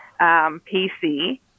PC